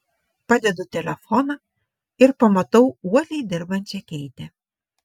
padedu telefoną ir pamatau uoliai dirbančią keitę